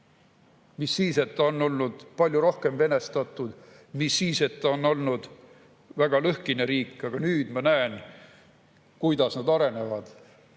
Mis siis, et ta on olnud palju rohkem venestatud, mis siis, et ta on olnud väga lõhkine riik, aga nüüd ma näen, kuidas nad arenevad